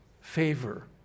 favor